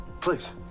Please